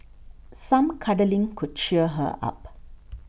some cuddling could cheer her up